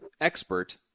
expert